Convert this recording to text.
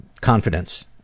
confidence